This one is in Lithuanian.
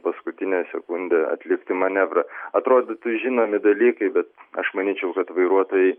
paskutinę sekundę atlikti manevrą atrodytų žinomi dalykai bet aš manyčiau kad vairuotojai